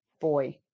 boy